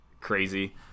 crazy